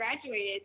graduated